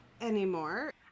anymore